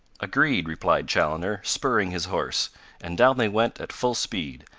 agreed, replied chaloner, spurring his horse and down they went at full speed,